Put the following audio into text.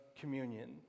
communion